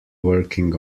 working